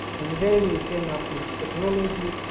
and then we came up with technology,